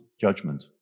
judgment